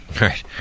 right